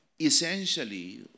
essentially